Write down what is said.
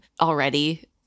already